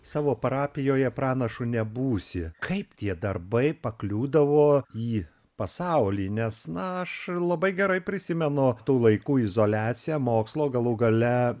savo parapijoje pranašu nebūsi kaip tie darbai pakliūdavo į pasaulį nes na aš labai gerai prisimenu tų laikų izoliaciją mokslo galų gale